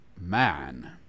man